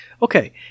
Okay